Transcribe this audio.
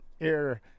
Air